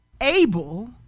able